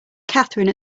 katherine